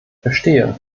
verstehe